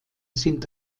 sind